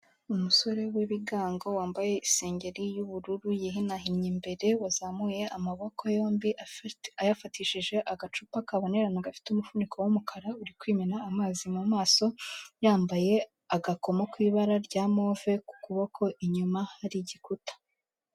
Umusore w'ibigango wambaye isengeri y'ubururu yihinahinye imbere, wazamuye amaboko yombi ayafatishije agacupa kabonerana gafite umufuniko w'umukara, uri kwimena amazi mu maso, yambaye agakomo k'ibara rya move ku kuboko, inyuma hari igikuta.